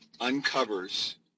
uncovers